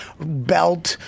belt